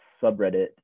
subreddit